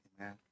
Amen